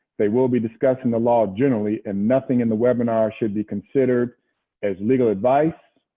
they will be discussing the law generally. and nothing in the webinar should be considered as legal advice.